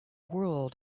world